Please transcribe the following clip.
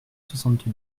soixante